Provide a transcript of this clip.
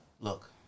look